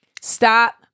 stop